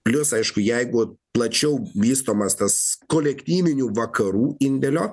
plius aišku jeigu plačiau vystomas tas kolektyvinių vakarų indėlio